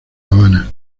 habana